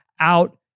out